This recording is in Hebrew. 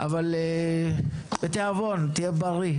בצוהריים נטענה טענת נושא חדש בתהליך החקיקה,